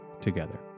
together